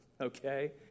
okay